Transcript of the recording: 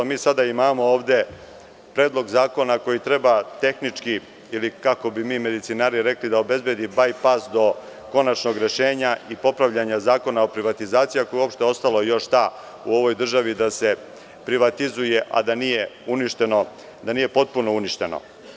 Sada ovde imamo Predlog zakona koji treba tehnički, ili kako bi mi medicinari rekli, da obezbedi baj-pas do konačnog rešenja i popravljanja Zakona o privatizaciji, ako je uopšte još šta ostalo u ovoj državi da se privatizuje, a da nije potpuno uništeno.